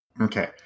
Okay